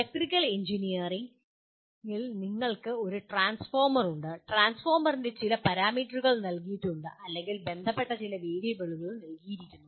electrical എഞ്ചിനീയറിംഗിൽ നിങ്ങൾക്ക് ഒരു ട്രാൻസ്ഫോർമർ ഉണ്ട് ട്രാൻസ്ഫോർമറിന്റെ ചില പാരാമീറ്ററുകൾ നൽകിയിട്ടുണ്ട് അല്ലെങ്കിൽ ബന്ധപ്പെട്ട ചില വേരിയബിളുകൾ നൽകിയിരിക്കുന്നു